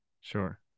sure